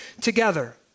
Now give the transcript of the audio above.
together